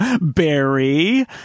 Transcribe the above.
Barry